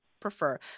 prefer